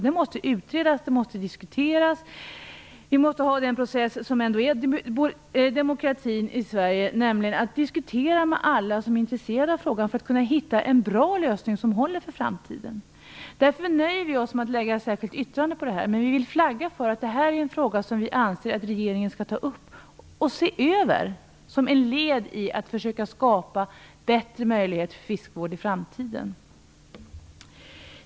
Den måste utredas och diskuteras i den process som är en del av demokratin i Sverige, nämligen att man diskuterar med alla som är intresserade av frågan för att kunna hitta en bra lösning som håller för framtiden. Därför nöjer vi i Miljöpartiet oss med att foga ett särskilt yttrande till betänkandet, men vi vill flagga för att detta en fråga som vi anser att regeringen skall ta upp och se över, som ett led i att försöka skapa bättre möjligheter för fiskevård i framtiden.